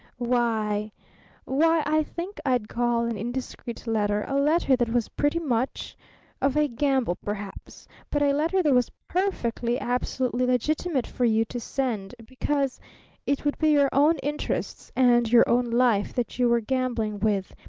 why why i think i'd call an indiscreet letter a letter that was pretty much of a gamble perhaps, but a letter that was perfectly, absolutely legitimate for you to send, because it would be your own interests and your own life that you were gambling with,